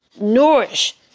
nourish